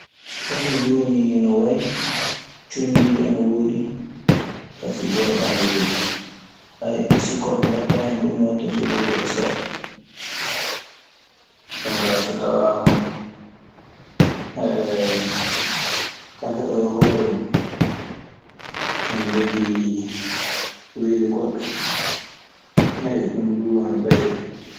Kafe jooni no wayi, Conndiijo ana woodi, kafe jooɗo ana woodi. sikkoro ko ngaɗtaa hen koo nii waɗta so weli oo seerta. Jonkaa so tawaama kafe oo e hoore mun ana jogii weli goɗɗo. Ɗun duu ana ɓeyda.